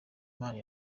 imana